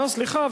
אה, סליחה.